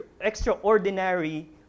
extraordinary